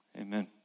Amen